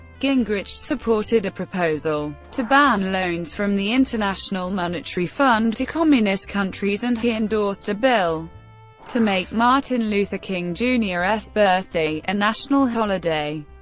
gingrich supported a proposal to ban loans from the international monetary fund to communist countries and he endorsed a bill to make martin luther king, jr s birthday a national holiday.